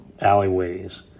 alleyways